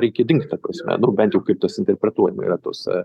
reikia dingt ta prasme nu bent jau kaip tas interpretuojama yra tose